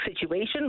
situation